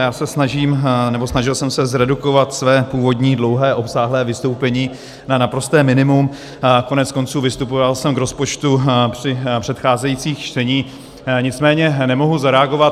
Já se snažím nebo snažil jsem se zredukovat své původní dlouhé a obsáhlé vystoupení na naprosté minimum, koneckonců vystupoval jsem k rozpočtu při předcházejících čteních, nicméně nemohu nezareagovat.